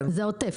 זה עוטף.